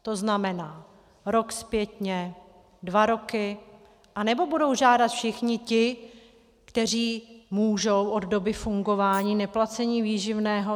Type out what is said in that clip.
To znamená rok zpětně, dva roky, anebo budou žádat všichni ti, kteří můžou, od doby fungování neplacení výživného?